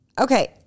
Okay